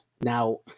Now